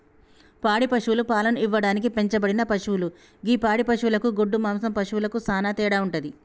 పాడి పశువులు పాలను ఇవ్వడానికి పెంచబడిన పశువులు గి పాడి పశువులకు గొడ్డు మాంసం పశువులకు సానా తేడా వుంటది